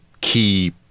key